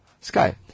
Sky